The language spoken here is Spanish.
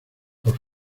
por